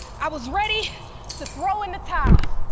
i was ready to throw in the towel.